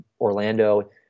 Orlando